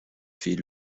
fait